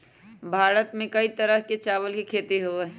भारत में कई तरह के चावल के खेती होबा हई